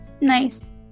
Nice